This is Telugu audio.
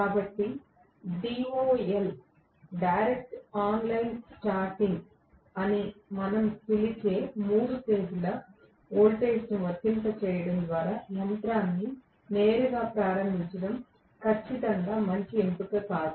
కాబట్టి DOL డైరెక్ట్ ఆన్లైన్ స్టార్టింగ్ అని మనం పిలిచే మూడు ఫేజ్ ల వోల్టేజ్లను వర్తింపజేయడం ద్వారా యంత్రాన్ని నేరుగా ప్రారంభించడం ఖచ్చితంగా మంచి ఎంపిక కాదు